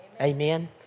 Amen